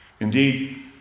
Indeed